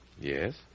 Yes